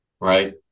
Right